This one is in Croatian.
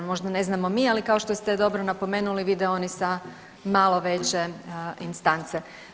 Možda ne znamo mi, ali kao što ste dobro napomenuli vide oni sa malo veće instance.